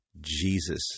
Jesus